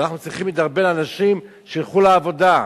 אנחנו צריכים לדרבן אנשים שילכו לעבודה.